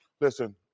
Listen